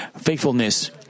faithfulness